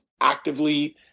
actively